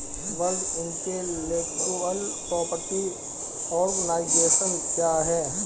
World intellectual property organisation क्या है?